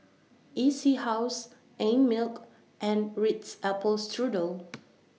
E C House Einmilk and Ritz Apple Strudel